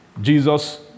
Jesus